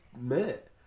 met